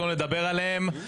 לא נדבר עליהם,